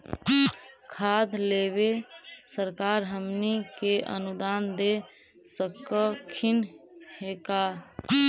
खाद लेबे सरकार हमनी के अनुदान दे सकखिन हे का?